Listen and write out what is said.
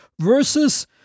versus